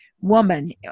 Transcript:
woman